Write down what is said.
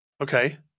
Okay